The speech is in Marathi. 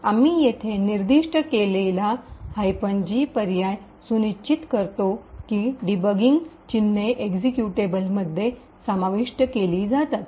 आम्ही येथे निर्दिष्ट केलेला G पर्याय सुनिश्चित करतो की डीबगिंग चिन्हे एक्झिक्युटेबलमध्ये समाविष्ट केली जातात